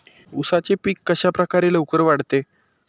उसाचे पीक कशाप्रकारे लवकर वाढते?